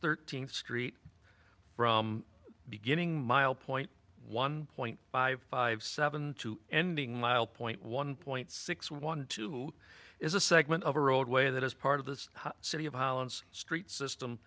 thirteenth street from beginning mild point one point five five seven two ending while point one point six one two is a segment of a roadway that is part of this city of holland's street system